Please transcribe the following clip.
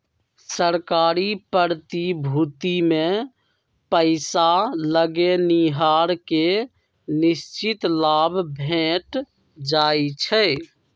सरकारी प्रतिभूतिमें पइसा लगैनिहार के निश्चित लाभ भेंट जाइ छइ